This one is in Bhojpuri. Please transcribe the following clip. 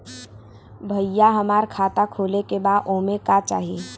भईया हमार खाता खोले के बा ओमे का चाही?